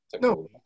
No